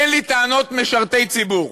אין לי טענות, משרתי ציבור,